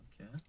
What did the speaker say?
Okay